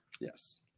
Yes